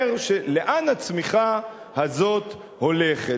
אומר: לאן הצמיחה הזאת הולכת?